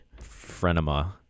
frenema